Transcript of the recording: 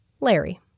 Larry